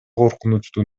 коркунучтуу